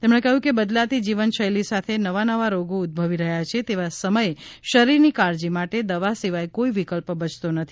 તેમણે કહ્યું કે બદલાતી જીવનશૈલી સાથે નવા નવા રોગો ઉદ્ ભવી રહ્યા છે તેવા સમયે શરીરની કાળજી માટે દવા સિવાય કોઇ વિકલ્પ બયતો નથી